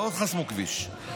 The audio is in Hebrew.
לא חסמו כביש,